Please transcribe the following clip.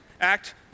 act